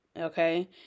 Okay